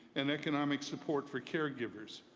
and economic support for caregivers.